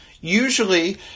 Usually